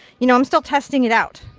you know i'm still testing it out.